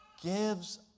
gives